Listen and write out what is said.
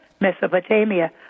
Mesopotamia